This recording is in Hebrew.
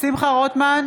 שמחה רוטמן,